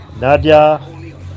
Nadia